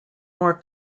more